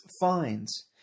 finds